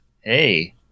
Hey